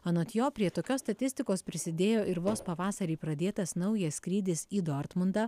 anot jo prie tokios statistikos prisidėjo ir vos pavasarį pradėtas naujas skrydis į dortmundą